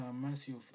Matthew